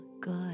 good